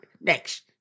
Next